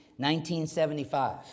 1975